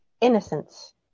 innocence